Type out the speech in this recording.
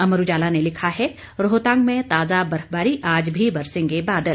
अमर उजाला ने लिखा है रोहतांग में ताजा बर्फबारी आज भी बरसेंगे बादल